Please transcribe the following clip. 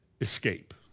escape